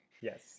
Yes